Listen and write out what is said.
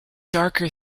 darker